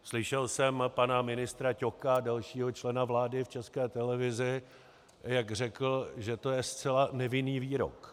Slyšel jsem pana ministra Ťoka a dalšího člena vlády v České televizi, jak řekl, že to je zcela nevinný výrok.